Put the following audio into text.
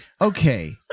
Okay